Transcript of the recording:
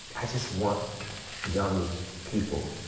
i just want young people,